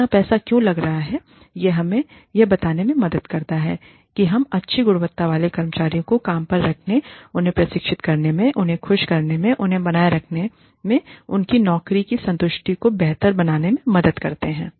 इतना पैसा क्यों लगा रहे हैं यह हमें यह बताने में मदद करता है कि हम अच्छी गुणवत्ता वाले कर्मचारियों को काम पर रखने उन्हें प्रशिक्षित करने मेंउन्हें खुश करने में उन्हें बनाए रखने में उनकी नौकरी की संतुष्टि को बेहतर बनाने में मदद करते हैं